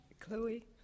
Chloe